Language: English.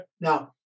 Now